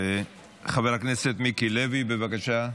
חבר הכנסת מיקי לוי, בבקשה,